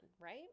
right